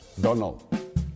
Donald